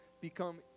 become